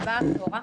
היא באה כאורחת.